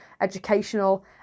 educational